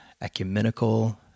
ecumenical